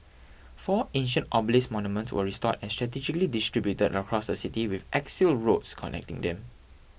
four ancient obelisk monument were restored and strategically distributed across the city with axial roads connecting them